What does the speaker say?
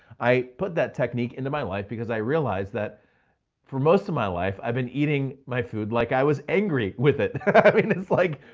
i put that technique into my life because i realized that for most of my life i've been eating my food like i was angry with it. i mean, it's like,